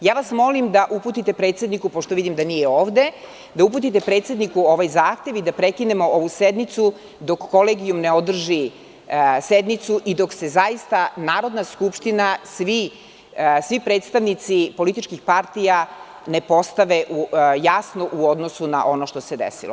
Molim vas da uputite predsedniku, pošto vidim da nije ovde, ovaj zahtev i da prekinemo ovu sednicu dok Kolegijum ne održi sednicu i dok se zaista Narodna skupština i svi predstavnici političkih partija ne postave jasno u odnosu na ono što se desilo.